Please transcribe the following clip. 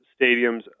stadiums